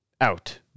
out